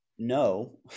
No